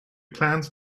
plans